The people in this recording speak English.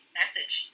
message